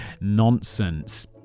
nonsense